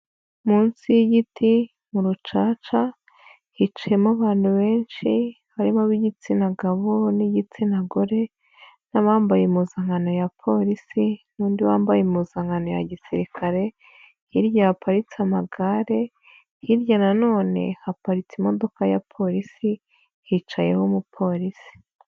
Munsi y'igiti, mu rucaca, hicimo abantu benshi, harimo ab'igitsina gabo n'igitsina gore n'abambaye impuzankano ya polisi n'undi wambaye impuzankano ya gisirikare, hirya haparitse amagare, hirya nanone haparitse imodoka ya polisi, hicayeho umupolisi.